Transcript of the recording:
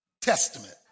Testament